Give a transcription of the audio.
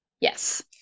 yes